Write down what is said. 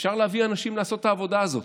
אפשר להביא אנשים לעשות את העבודה הזאת.